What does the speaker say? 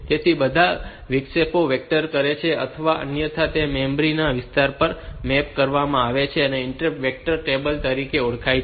તેથી બધા વિક્ષેપો વેક્ટર કરે છે અથવા અન્યથા તે મેમરી વિસ્તાર પર મેપ કરવામાં આવે છે જે ઇન્ટરપ્ટ વેક્ટર ટેબલ તરીકે ઓળખાય છે